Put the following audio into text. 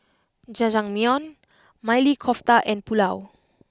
Jajangmyeon Maili Kofta and Pulao